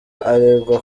aregwa